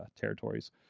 territories